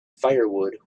firewood